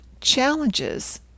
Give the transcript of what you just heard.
challenges